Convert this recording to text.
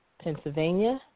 Pennsylvania